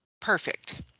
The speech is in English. Perfect